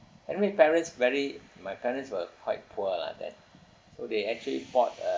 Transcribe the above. anyway parents very my parents were quite poor lah then so they actually bought uh~